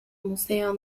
museo